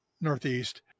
northeast